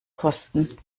kosten